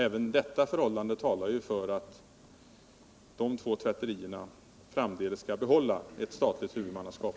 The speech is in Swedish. Även detta förhållande talar ju för att dessa båda tvätterier framdeles bör behållas under statligt huvudmannaskap.